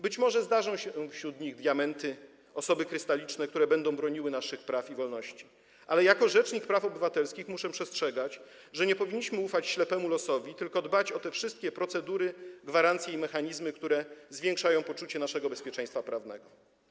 Być może zdarzą się wśród nich diamenty, osoby krystaliczne, które będą broniły naszych praw i wolności, ale jako rzecznik praw obywatelskich muszę przestrzegać, że nie powinniśmy ufać ślepemu losowi, tylko dbać o te wszystkie procedury, gwarancje i mechanizmy, które zwiększają poczucie naszego bezpieczeństwa prawnego.